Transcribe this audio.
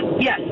Yes